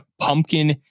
pumpkin